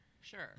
Sure